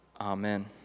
Amen